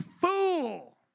fool